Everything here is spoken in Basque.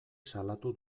salatu